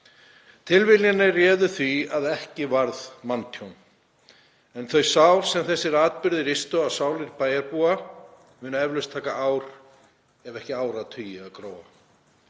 Tilviljanir réðu því að ekki varð manntjón en þau sár sem þessir atburðir ristu á sálir bæjarbúa munu eflaust taka ár ef ekki áratugi að gróa.